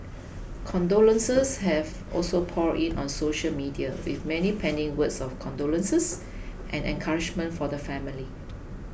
condolences have also poured in on social media with many penning words of condolences and encouragement for the family